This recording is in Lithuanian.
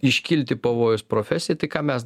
iškilti pavojus profesijai tai ką mes